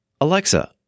Alexa